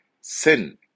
sin